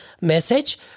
message